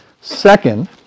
Second